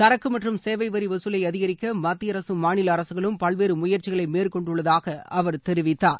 சரக்கு மற்றும் சேவை வரி வசூலை அதிகரிக்க மத்திய அரசும் மாநில அரசுகளும் பல்வேறு முயற்சிகளை மேற்கொண்டுள்ளதாக அவர் தெரிவித்தார்